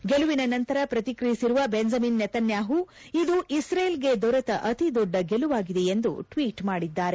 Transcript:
ಗೆಲುವಿನ ನಂತರ ಪ್ರತಿಕ್ರಿಯಿಸಿರುವ ಬೆಂಜಮಿನ್ ನೆತನ್ಯಾಹು ಇದು ಇಶ್ರೇಲ್ ಗೆ ದೊರೆತ ಅತಿದೊಡ್ಡ ಗೆಲುವಾಗಿದೆ ಎಂದು ಟ್ವೀಟ್ ಮಾಡಿದ್ದಾರೆ